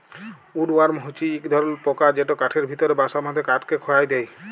would worm হছে ইক ধরলর পকা যেট কাঠের ভিতরে বাসা বাঁধে কাঠকে খয়ায় দেই